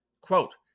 quote